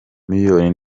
miliyoni